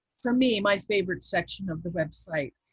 for me, my favorite section of the website.